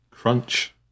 Crunch